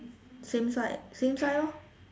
same side same side lor